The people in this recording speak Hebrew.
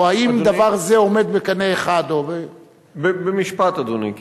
או האם דבר זה עומד בקנה אחד, במשפט, אדוני,